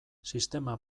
sistema